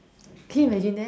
can you imagine that